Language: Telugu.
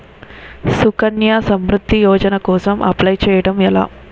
సుకన్య సమృద్ధి యోజన కోసం అప్లయ్ చేసుకోవడం ఎలా?